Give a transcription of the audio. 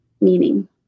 meaning